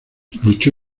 luchó